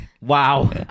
wow